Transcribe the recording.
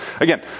Again